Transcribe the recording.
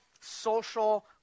social